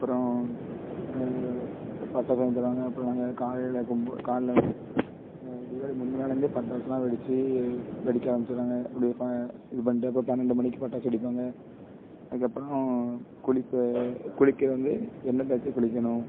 அப்புறோம் பட்டாசு வாங்கி தருவாங்க அப்புறோம் நாங்கள் காலையில் காலையில் தீபாவளி முந்தின நாளில் இருந்தே பட்டாசெலாம் வெடிச்சு வெடிக்க ஆரம்பிச்சிடுவாங்க அப்படி ஃப இது பண்ணிட்டு அப்புறோம் பன்னெண்டு மணிக்கு பட்டாசு வெடிப்பாங்க அதுக்கப்புறோம் குளிப்ப குளிக்கிறது வந்து எண்ணெய் தேய்ச்சி குளிக்கணும்